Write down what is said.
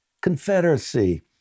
confederacy